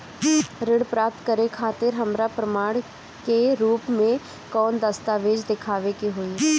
ऋण प्राप्त करे खातिर हमरा प्रमाण के रूप में कौन दस्तावेज़ दिखावे के होई?